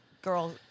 Girl